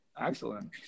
Excellent